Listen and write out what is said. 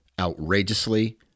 outrageously